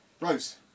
Rose